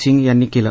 सिंह यांनी केले